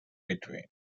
between